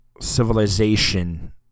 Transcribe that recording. civilization